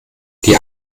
die